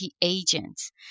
agents